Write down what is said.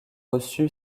reçu